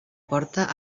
porta